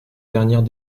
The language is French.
dernières